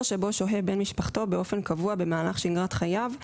שבו שוהה בן משפחתו באופן קבוע במהלך שגרת חייו,